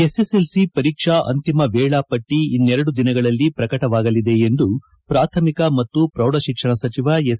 SSLC ಪರೀಕ್ಷಾ ಅಂಟಿಮ ವೇಳಾಪಟ್ಟಿ ಇನ್ನೆರಡು ದಿನದಲ್ಲಿ ಪ್ರಕಟವಾಗಲಿದೆ ಎಂದು ಪ್ರಾಥಮಿಕ ಹಾಗೂ ಪ್ರೌಢಶಿಕ್ಷಣ ಸಚಿವ ಎಸ್